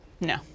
No